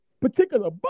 particular